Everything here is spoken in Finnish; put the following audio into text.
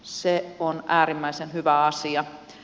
se on äärimmäisen hyvä asia